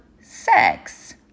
sex